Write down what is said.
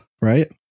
right